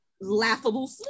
laughable